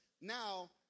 Now